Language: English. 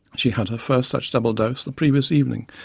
she had her first such double dose the previous evening,